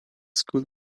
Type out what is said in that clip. school